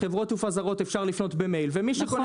לחברות תעופה זרות אפשר לפנות במייל ומי שקונה